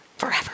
forever